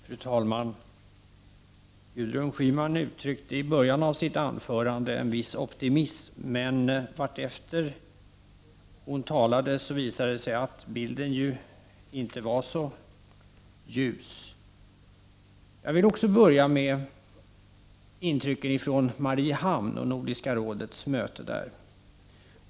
Fru talman! Gudrun Schyman uttryckte i början av sitt anförande en viss optimism, men vartefter hon talade visade det sig att bilden inte var så ljus. Jag vill också börja med intrycken från Nordiska rådets möte i Mariehamn.